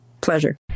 Pleasure